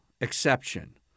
exception